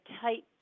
tight